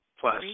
plus